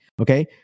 Okay